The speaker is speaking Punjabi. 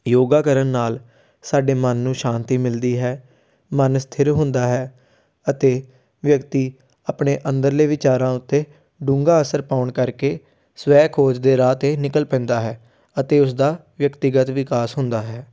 ਯੋਗਾ ਕਰਨ ਨਾਲ ਸਾਡੇ ਮਨ ਨੂੰ ਸ਼ਾਂਤੀ ਮਿਲਦੀ ਹੈ ਮਨ ਸਥਿਰ ਹੁੰਦਾ ਹੈ ਅਤੇ ਵਿਅਕਤੀ ਆਪਣੇ ਅੰਦਰਲੇ ਵਿਚਾਰਾਂ ਉੱਤੇ ਡੂੰਘਾ ਅਸਰ ਪਾਉਣ ਕਰਕੇ ਸਵੈ ਖੋਜ ਦੇ ਰਾਹ 'ਤੇ ਨਿਕਲ ਪੈਂਦਾ ਹੈ ਅਤੇ ਉਸਦਾ ਵਿਅਕਤੀਗਤ ਵਿਕਾਸ ਹੁੰਦਾ ਹੈ